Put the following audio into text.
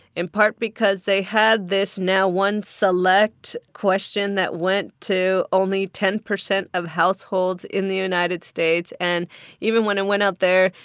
in part because they had this now one select question that went to only ten percent of households in the united states. and even when it and went out there,